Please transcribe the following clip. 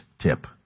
tip